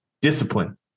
Discipline